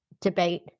debate